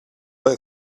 let